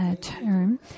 term